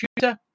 shooter